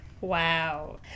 Wow